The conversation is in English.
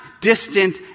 distant